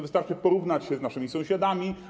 Wystarczy porównać się z naszymi sąsiadami.